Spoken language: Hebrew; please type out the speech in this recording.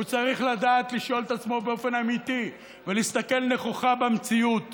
הוא צריך לדעת לשאול את עצמו באופן אמיתי ולהסתכל נכוחה במציאות